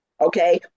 Okay